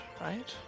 right